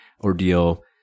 ordeal